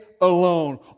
alone